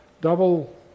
double